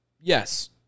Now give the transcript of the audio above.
yes